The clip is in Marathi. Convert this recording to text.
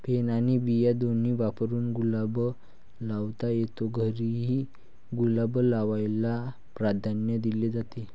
पेन आणि बिया दोन्ही वापरून गुलाब लावता येतो, घरीही गुलाब लावायला प्राधान्य दिले जाते